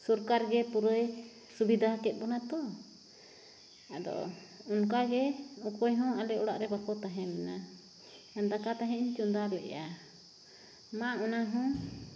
ᱥᱚᱨᱠᱟᱨᱜᱮ ᱯᱩᱨᱟᱹᱭ ᱥᱩᱵᱤᱫᱷᱟ ᱠᱮᱫ ᱵᱚᱱᱟ ᱛᱳ ᱟᱫᱚ ᱚᱱᱠᱟᱜᱮ ᱚᱠᱚᱭᱦᱚᱸ ᱟᱞᱮ ᱚᱲᱟᱜᱨᱮ ᱵᱟᱠᱚ ᱛᱟᱦᱮᱸᱞᱮᱱᱟ ᱫᱟᱠᱟ ᱛᱟᱦᱮᱸᱫᱤᱧ ᱪᱚᱸᱫᱟ ᱞᱮᱫᱼᱟ ᱢᱟ ᱚᱱᱟᱦᱚᱸ